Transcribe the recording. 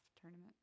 tournament